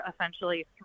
essentially